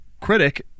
critic